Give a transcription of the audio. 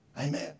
Amen